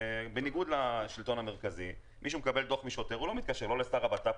בניגוד לשלטון המרכזי מי שמקבל דוח משוטר לא מתקשר לא לשר הבט"פ,